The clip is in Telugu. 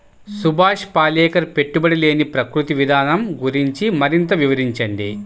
సుభాష్ పాలేకర్ పెట్టుబడి లేని ప్రకృతి విధానం గురించి మరింత వివరించండి